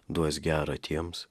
duos gera tiems